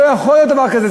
לא יכול להיות דבר כזה.